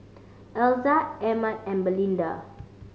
Elza Emett and Belinda